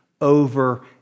over